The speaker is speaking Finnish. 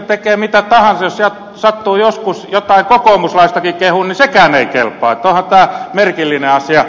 tekee mitä tahansa jos sattuu joskus jotain kokoomuslaistakin kehumaan sekään ei kelpaa että onhan tämä merkillinen asia